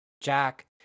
Jack